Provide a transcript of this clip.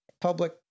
public